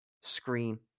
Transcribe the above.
screen